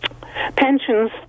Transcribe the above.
pensions